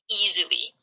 easily